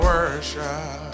worship